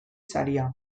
saria